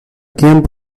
game